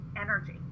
energy